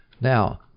Now